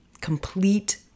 complete